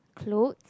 clothes